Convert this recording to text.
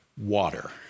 Water